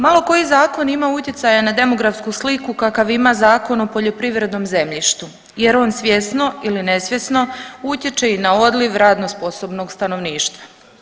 Malo koji zakon ima utjecaja na demografsku sliku kakav ima Zakon o poljoprivrednom zemljištu, jer on svjesno ili nesvjesno utječe i na odliv radno sposobnog stanovništva.